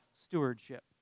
stewardship